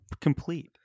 complete